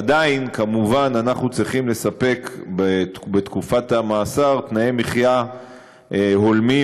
עדיין כמובן אנחנו צריכים לספק בתקופת המאסר תנאי מחיה הולמים